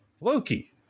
Loki